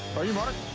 are you marc?